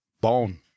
bone